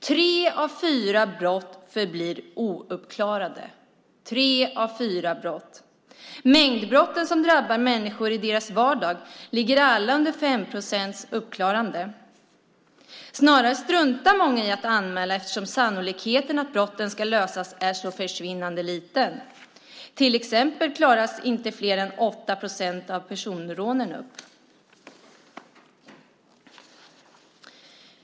Tre av fyra brott förblir ouppklarade - tre av fyra brott. Mängdbrotten som drabbar människor i deras vardag ligger alla under 5 procents uppklarande. Snarare struntar många i att anmäla eftersom sannolikheten att brotten ska lösas är så försvinnande liten. Till exempel klaras inte fler än 8 procent av personrånen upp.